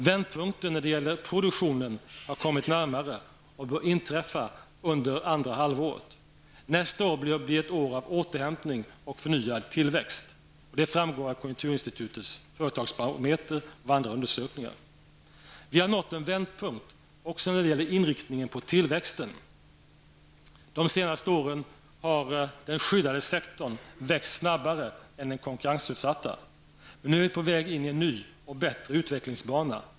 Vändpunkten när det gäller produktionen har kommit närmare och bör inträffa under andra halvåret. Nästa år bör bli ett år av återhämtning och förnyad tillväxt. Detta framgår av Konjunkturinstitutets företagsbarometer och av andra undersökningar. -- Vi har nått en vändpunkt också när det gller inriktningen på tillväxten. De senaste åren har den skyddade sektorn växt snabbare än den konkurrensutsatta, men nu är vi på väg in i en ny och bättre utvecklingsbana.